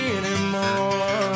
anymore